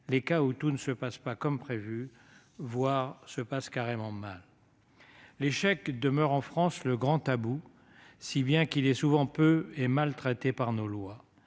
les cas où tout ne se passe pas comme prévu, voire se passe carrément mal. L'échec demeure en France le grand tabou, si bien qu'il est souvent peu et mal traité par nos lois.